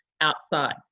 outside